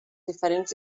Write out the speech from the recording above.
diferents